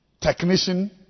technician